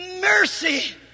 mercy